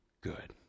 good